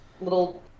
little